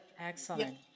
Excellent